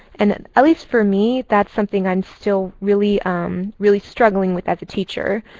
and and, at least for me, that's something i'm still really um really struggling with as a teacher,